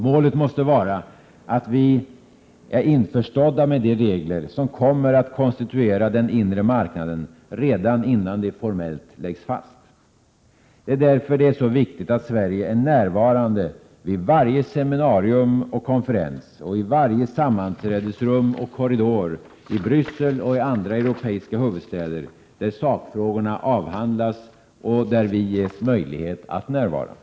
Målet måste vara att vi är införstådda med de regler som kommer att konstituera den inre marknaden redan innan de formellt läggs fast. Det är därför det är så viktigt att Sverige är närvarande vid varje seminarium och konferens, i varje sammanträdesrum och korridor i Bryssel och andra europeiska huvudstäder, där sakfrågorna avhandlas och vi ges möjlighet att närvara. Prot.